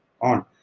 on